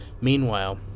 Meanwhile